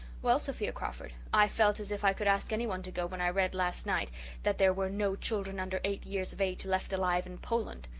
well, sophia crawford, i felt as if i could ask anyone to go when i read last night that there were no children under eight years of age left alive in and poland.